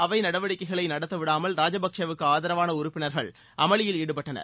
அவை நடவடிக்கைகளை நடத்தவிடாமல் ராஜபக்சேவுக்கு ஆதரவான உறுப்பினர்கள் அமலில் ஈடுபட்டனர்